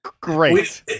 Great